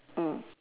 mm